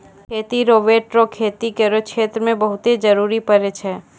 खेती रोवेट रो खेती करो क्षेत्र मे बहुते जरुरी पड़ै छै